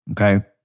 Okay